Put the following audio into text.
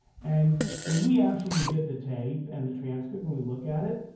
and when we actually get the tape and the transcript and we look at it,